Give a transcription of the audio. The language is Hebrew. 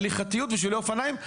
הליכתיות ושבילי אופניים,